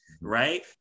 right